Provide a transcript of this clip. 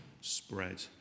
spread